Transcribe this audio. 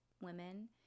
women